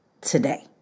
today